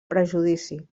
prejudici